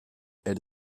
elle